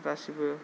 गासिबो